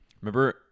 Remember